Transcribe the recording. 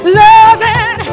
loving